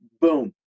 Boom